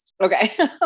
Okay